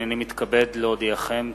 הנני מתכבד להודיעכם,